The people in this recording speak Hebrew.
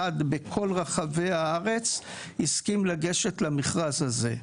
בכל רחבי הארץ הסכים לגשת למכרז הזה.